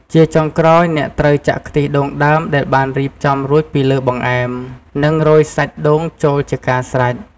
ជាចុងក្រោយ អ្នកត្រូវចាក់ខ្ទិះដូងដើមដែលបានរៀបចំរួចពីលើបង្អែម និងរោយសាច់ដូងចូលជាការស្រេច។